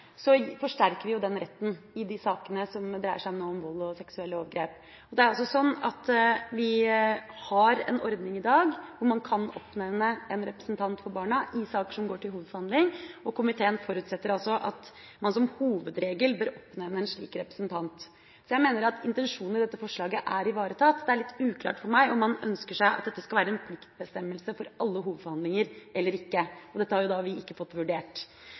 dreier seg om vold og seksuelle overgrep. Vi har en ordning i dag, hvor man kan oppnevne en representant for barna i saker som går til hovedforhandling, og komiteen forutsetter at man som hovedregel bør oppnevne en slik representant. Derfor mener jeg at intensjonen i dette forslaget er ivaretatt. Det er litt uklart for meg om man ønsker at dette skal være en pliktbestemmelse for alle hovedforhandlinger eller ikke. Det har vi ikke fått vurdert.